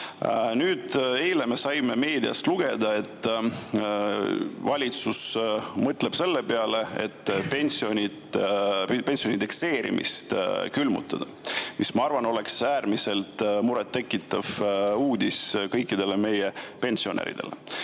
Nüüd, eile me saime meediast lugeda, et valitsus mõtleb selle peale, et pensionide indekseerimine külmutada, mis, ma arvan, oleks äärmiselt murettekitav uudis kõikidele meie pensionäridele.